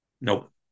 nope